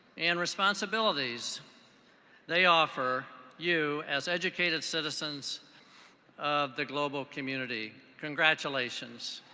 and responsibilities they offer you as educated citizens of the global community. congratulations.